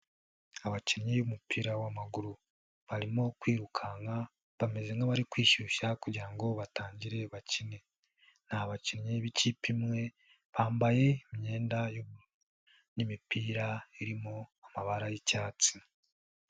Abakinnyi b'umupira w'amaguru barimo kwirukanka bameze nk'abari kwishyushya kugira ngo batangire bakine, ni abakinnyi b'ikipe imwe bambaye imyenda y'ubururu n'imipira irimo amabara y'icyatsi.